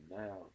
now